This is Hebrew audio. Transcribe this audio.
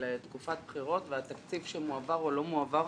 תקופת בחירות ועל תקציב שמועבר או לא מועבר,